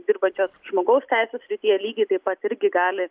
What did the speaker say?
dirbančios žmogaus teisių srityje lygiai taip pat irgi gali